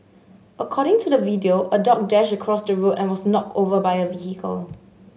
according to the video a dog dashed across the road and was knocked over by a vehicle